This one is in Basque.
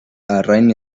arrain